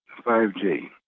5G